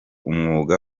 umwuga